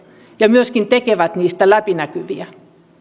ja myöskin tekevät niistä läpinäkyviä